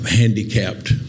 handicapped